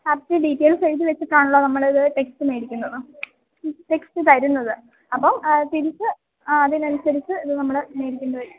first details എഴുതിവെച്ചിട്ടാണല്ലോ നമ്മളിത് text മേടിക്കുന്നത് ടെക്സ്റ്റ് തരുന്നത് അപ്പോള് തിരിച്ച് ആ അതിനനുസരിച്ച് ഇത് നമ്മള് മേടിക്കേണ്ടി വരും